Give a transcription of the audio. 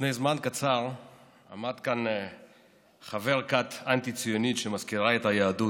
לפני זמן קצר עמד כאן חבר כת אנטי-ציונית שמזכירה את היהדות,